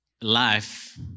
life